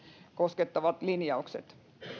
koskevat linjaukset